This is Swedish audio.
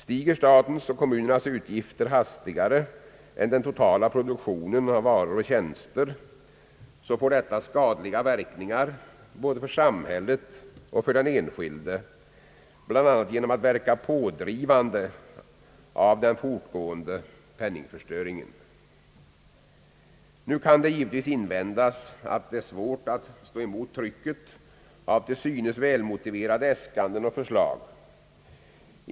Stiger statens och kommunernas utgifter hastigare än den totala produktionen av varor och tjänster, får detta skadliga verkningar både för samhället och för den enskilde bl.a. genom att verka pådrivande på den fortgående penningförstöringen. Nu kan det givetvis invändas, att det är svårt att stå emot trycket av till synes välmotiverade äskanden och förslag.